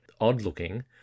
odd-looking